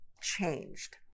changed